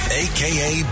aka